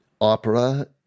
opera